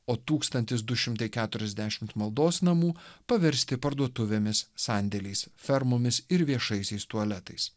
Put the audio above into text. o tūkstantis du šimtai keturiasdešimt maldos namų paversti parduotuvėmis sandėliais fermomis ir viešaisiais tualetais